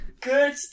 Good